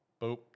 Boop